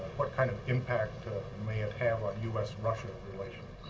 what kind of impact may it have on u s russia relations?